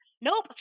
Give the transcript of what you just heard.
nope